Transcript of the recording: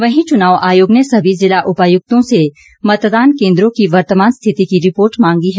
वहीं चुनाव आयोग ने सभी जिला उपायुक्तों से मतदान केन्द्रों की वर्तमान स्थिति की रिपोर्ट मांगी है